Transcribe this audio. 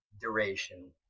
duration